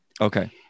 Okay